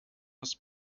was